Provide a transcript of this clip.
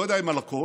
לא יודע אם על הכול,